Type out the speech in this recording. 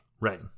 Right